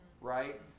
Right